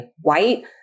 white